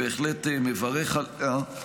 ואני בהחלט מברך על כך.